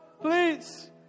please